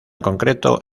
concreto